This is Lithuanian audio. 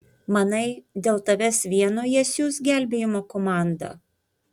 manai dėl tavęs vieno jie siųs gelbėjimo komandą